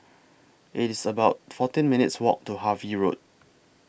It's about fourteen minutes' Walk to Harvey Road